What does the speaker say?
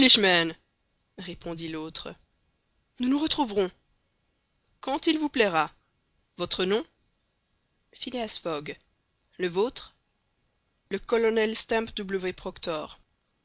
répondit l'autre nous nous retrouverons quand il vous plaira votre nom phileas fogg le vôtre le colonel stamp